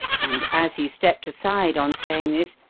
and as he stepped aside on saying this,